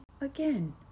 again